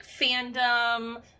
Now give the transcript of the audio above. fandom